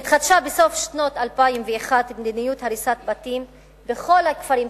התחדשה בסוף שנת 2001 מדיניות הריסת בתים בכל הכפרים,